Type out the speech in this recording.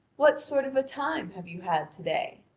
what sort of a time have you had to-day?